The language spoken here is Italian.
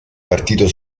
partito